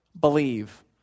believe